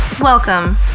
Welcome